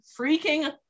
freaking